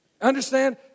Understand